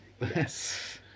Yes